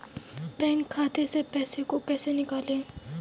Bank खाते से पैसे को कैसे निकालें?